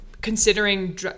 considering